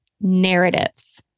narratives